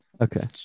Okay